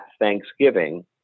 Thanksgiving